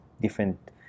different